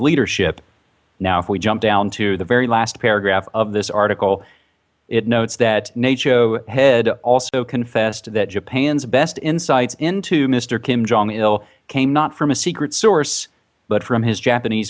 leadership now if we jump down to the very last paragraph of this article it notes that naicho head also confessed that japan's best insights into mr kim jong il came not from a secret source but from his japanese